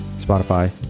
Spotify